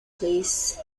place